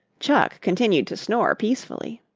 chuck continued to snore peacefully.